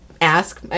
ask